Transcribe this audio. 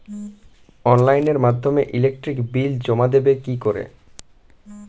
অনলাইনের মাধ্যমে electric bill জমা দেবো কি করে?